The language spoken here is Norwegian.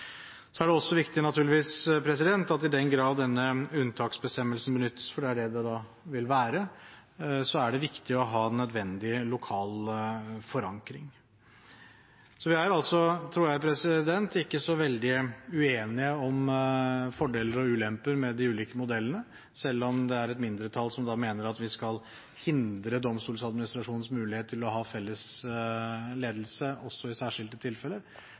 Det er naturligvis også – i den grad denne unntaksbestemmelsen benyttes, for det er det det vil være – viktig å ha nødvendig lokal forankring. Så jeg tror ikke vi er så veldig uenige om fordelene og ulempene med de ulike modellene. Og selv om det er et mindretall som mener at vi skal hindre Domstoladministrasjonens mulighet til å ha felles ledelse også i særskilte tilfeller,